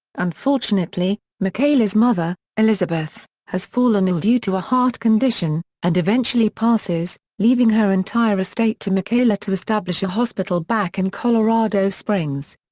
unfortunately, michaela's mother, elizabeth, has fallen ill due to a heart condition, and eventually passes, leaving her entire estate to michaela to establish a hospital back in colorado springs.